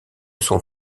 son